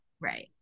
Right